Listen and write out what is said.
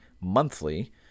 monthly